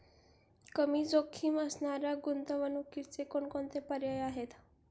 कमी जोखीम असणाऱ्या गुंतवणुकीचे कोणकोणते पर्याय आहे?